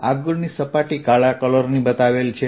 આગળની સપાટી કાળા કલરની બતાવેલ છે